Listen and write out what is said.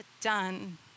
done